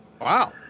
Wow